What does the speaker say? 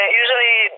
usually